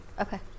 Okay